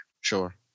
Sure